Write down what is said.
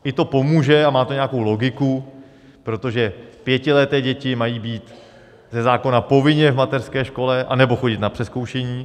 I to pomůže a má to nějakou logiku, protože pětileté děti mají být ze zákona povinně v mateřské škole anebo chodit na přezkoušení.